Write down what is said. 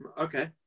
Okay